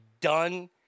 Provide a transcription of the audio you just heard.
done